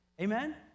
amen